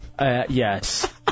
Yes